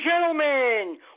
gentlemen